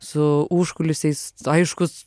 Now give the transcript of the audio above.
su užkulisiais aiškus